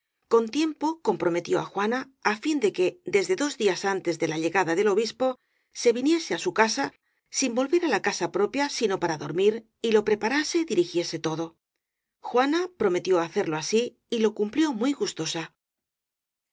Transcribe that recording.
con tiempo comprometió á juana á fin de que desde dos días antes de la llegada del obispo se viniese á su casa sin volver á la casa propia sino para dor mir y lo preparase y dirigiese todo juana prome tió hacerlo así y lo cumplió muy gustosa